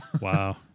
wow